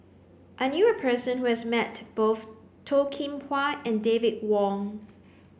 I knew a person who has met both Toh Kim Hwa and David Wong